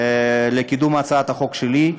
לקידום הצעת החוק שלי,